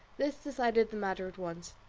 this decided the matter at once.